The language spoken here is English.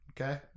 okay